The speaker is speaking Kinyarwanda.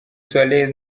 suarez